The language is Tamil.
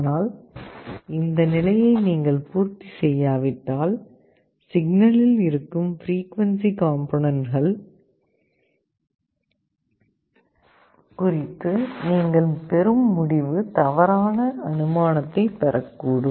ஆனால் இந்த நிலையை நீங்கள் பூர்த்தி செய்யாவிட்டால் சிக்னலில் இருக்கும் பிரிக்குவன்சி காம்போனன்ட்கள் குறித்து நீங்கள் பெறும் முடிவு தவறான அனுமானத்தைப் பெறக்கூடும்